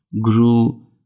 grew